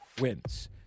wins